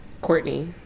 Courtney